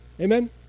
Amen